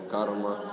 Karma